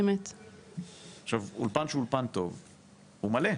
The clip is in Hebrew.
אולפן טוב הוא מלא.